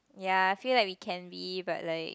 ya I feel like we can be but like